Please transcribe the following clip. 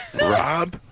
Rob